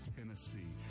Tennessee